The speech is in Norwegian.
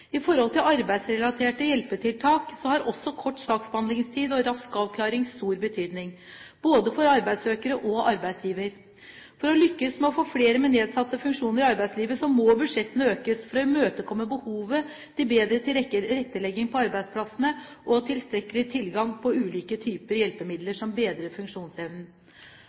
I forbindelse med arbeidsrelaterte hjelpetiltak har også kort saksbehandlingstid og rask avklaring stor betydning, både for arbeidssøker og arbeidsgiver. For å lykkes med å få flere med nedsatte funksjoner inn i arbeidslivet må budsjettene økes for å imøtekomme behovet for bedre tilrettelegging på arbeidsplassene og tilstrekkelig tilgang på ulike typer hjelpemidler som